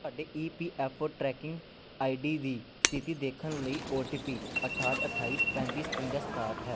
ਤੁਹਾਡੀ E P F O tracking I D ਦੀ ਸਥਿਤੀ ਦੇਖਣ ਲਈ ਓ ਟੀ ਪੀ ਅਠਾਹਠ ਅਠਾਈ ਪੈਂਤੀ ਸਤਵੰਜਾ ਸਤਾਹਠ ਹੈ